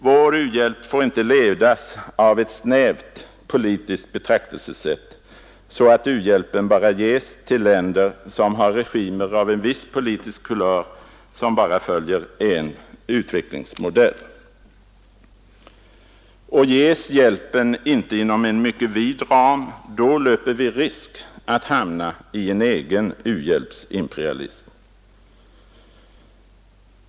Vår u-hjälp får inte ledas av ett snävt politiskt betraktelsesätt, så att hjälpen bara ges till länder som har regimer av viss politisk kulör, som följer en viss utvecklingsmodell. Ges hjälpen inte inom en mycket vid ram, löper vi risk att hamna i en egen u-hjälpsimperialism.